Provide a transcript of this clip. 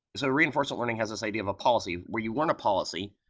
so reinforcement learning has this idea of a policy, where you want a policy,